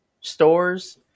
stores